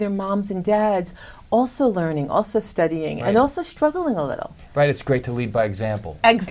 their moms and dads also learning also studying and also struggling a little right it's great to lead by example